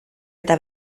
eta